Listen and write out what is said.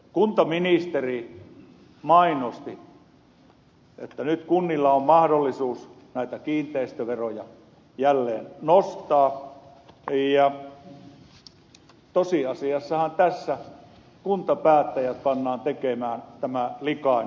kuntaministeri mainosti että nyt kunnilla on mahdollisuus näitä kiinteistöveroja jälleen nostaa ja tosiasiassahan tässä kuntapäättäjät pannaan tekemään tämä likainen työ